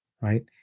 right